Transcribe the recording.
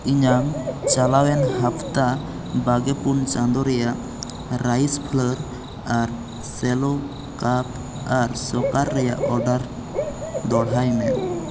ᱤᱧᱟ ᱜ ᱪᱟᱞᱟᱣ ᱮᱱ ᱦᱟᱯᱛᱟ ᱵᱟᱜᱮ ᱯᱩᱱ ᱪᱟᱸᱫᱳ ᱨᱮᱭᱟᱜ ᱨᱟᱭᱤᱥ ᱯᱷᱞᱳᱨ ᱟᱨ ᱥᱮᱞᱳ ᱠᱟᱯ ᱟᱨ ᱥᱚᱠᱟᱨ ᱨᱮᱭᱟᱜ ᱚᱰᱟᱨ ᱫᱚᱲᱦᱟᱭ ᱢᱮ